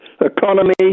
economy